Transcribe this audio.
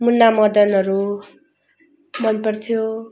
मुना मदनहरू मन पर्थ्यो